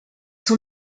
sont